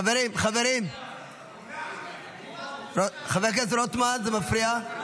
חברים, חברים, חבר הכנסת רוטמן, זה מפריע.